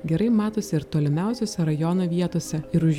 gerai matosi ir tolimiausiose rajono vietose ir už